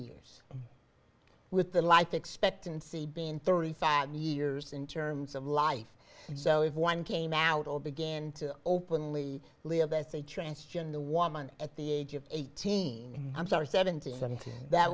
years with the life expectancy being thirty five years in terms of life so if one came out or began to openly leave that's a transgender woman at the age of eighteen i'm sorry seventeen seventeen that